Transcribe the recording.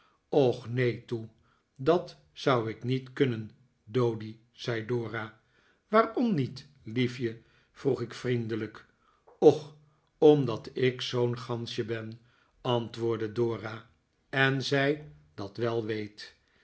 och neen toe dat zou ik niet kunnen doady zei dora waarom niet liefje vroeg ik vriendelijk och omdat ik zoo'n gansje ben antwoordde dora en zij dat wel weet